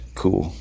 cool